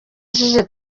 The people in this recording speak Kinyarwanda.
ishize